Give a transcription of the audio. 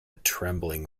trembling